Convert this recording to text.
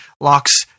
locks